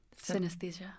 Synesthesia